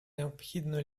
необхідно